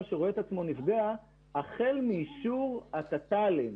שרואה את עצמו נפגע החל מאישור בוות"ל,